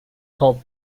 called